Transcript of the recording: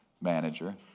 manager